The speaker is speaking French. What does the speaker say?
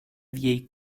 vieille